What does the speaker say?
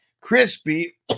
Crispy